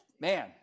Man